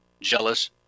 jealous